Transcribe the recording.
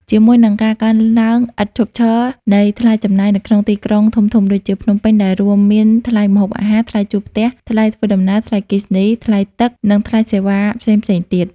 ជាមួយនឹងការកើនឡើងឥតឈប់ឈរនៃថ្លៃចំណាយនៅក្នុងទីក្រុងធំៗដូចជា ភ្នំពេញ ដែលរួមមានថ្លៃម្ហូបអាហារ ថ្លៃជួលផ្ទះ ថ្លៃធ្វើដំណើរ ថ្លៃអគ្គិសនី ថ្លៃទឹក និងថ្លៃសេវាផ្សេងៗទៀត។